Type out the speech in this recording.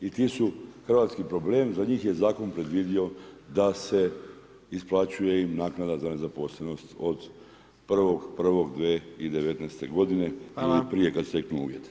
I ti su hrvatski problemi, za njih je zakon predvidio da se isplaćuje im naknada za nezaposlenost od 1.1.2019. g. ili prije kada se steknu uvjeti.